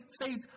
faith